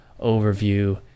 overview